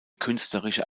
künstlerische